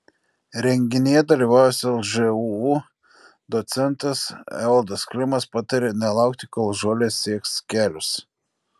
renginyje dalyvavęs lžūu docentas evaldas klimas patarė nelaukti kol žolės sieks kelius